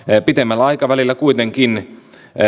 pitemmällä aikavälillä kuitenkin